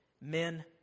men